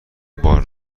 بار